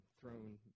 thrown